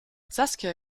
saskia